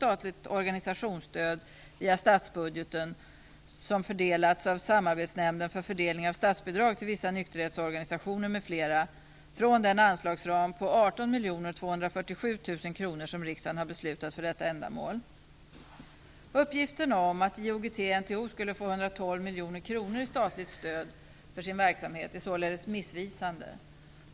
18 247 000 kronor som riksdagen har beslutat för detta ändamål. Uppgiften att IOGT-NTO skulle få 112 miljoner kronor i statligt stöd för sin verksamhet är således missvisande.